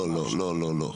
לא לא,